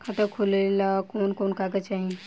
खाता खोलेला कवन कवन कागज चाहीं?